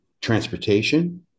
transportation